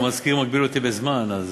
רק המזכיר מגביל אותי בזמן.